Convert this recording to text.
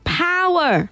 power